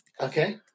okay